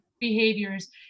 behaviors